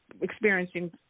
experiencing